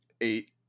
eight